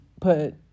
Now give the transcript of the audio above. put